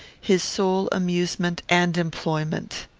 his sole amusement and employment.